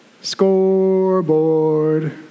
scoreboard